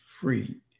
free